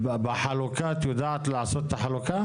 את יודעת לעשות את החלוקה?